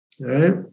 right